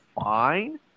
fine